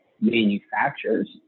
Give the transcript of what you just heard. manufacturers